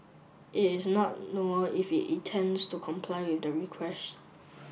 it is not known if he intends to comply with the request